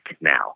now